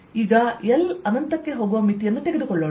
ಈಗ L ಅನಂತಕ್ಕೆ ಹೋಗುವ ಮಿತಿಯನ್ನು ತೆಗೆದುಕೊಳ್ಳೋಣ